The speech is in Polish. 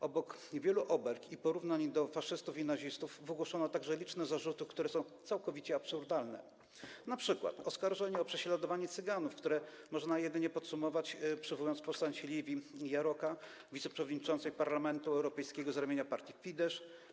Obok wielu obelg i porównań do faszystów i nazistów wygłoszono także liczne zarzuty, które są całkowicie absurdalne, np. oskarżenie o prześladowanie Cyganów, które można jedynie podsumować, przywołując postać Lívii Járóki, wiceprzewodniczącej Parlamentu Europejskiego z ramienia partii Fidesz.